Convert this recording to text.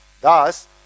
Thus